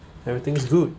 everything's good